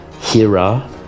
Hira